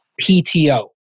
PTO